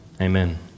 amen